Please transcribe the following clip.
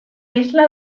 isla